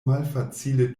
malfacile